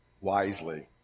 wisely